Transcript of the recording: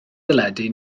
deledu